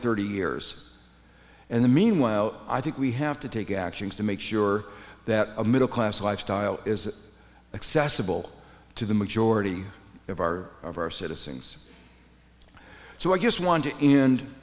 thirty years in the meanwhile i think we have to take actions to make sure that a middle class lifestyle is accessible to the majority of our of our citizens so i just want to